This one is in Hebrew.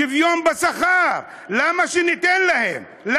שוויון בשכר, למה שניתן להם?